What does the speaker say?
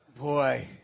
Boy